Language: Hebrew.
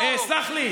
סלח לי.